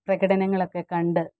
പ്രകടനങ്ങളൊക്കെ കണ്ട്